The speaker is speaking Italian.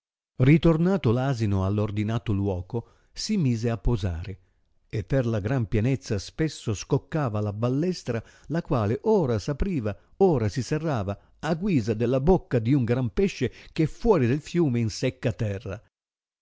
ritornato l'asino a l'ordinato luoco si mise a posare e per la gran pienezza spesso scoccava la ballestra la quale ora s'apriva ora si serrava a guisa della bocca di un gran pesce eh è fuori del fiume in secca terra